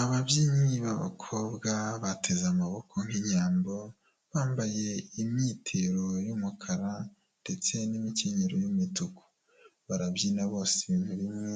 Ababyinnyi b'abakobwa bateze amaboko nk'inyambo bambaye imyitero y'umukara ndetse n'imikenyero y'imituku. Barabyina bose ibintu bimwe